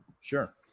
Sure